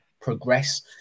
progress